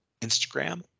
Instagram